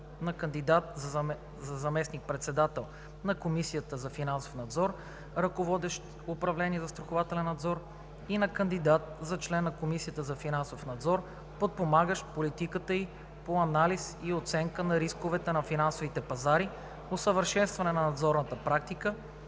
на кандидат за заместник-председател на Комисията за финансов надзор, ръководещ управление „Застрахователен надзор“, и на кандидат за член на Комисията за финансов надзор, подпомагащ политиката ѝ по анализ и оценка на рисковете на финансовите пазари, усъвършенстване на надзорната практика